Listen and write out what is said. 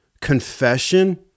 Confession